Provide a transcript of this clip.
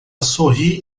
sorri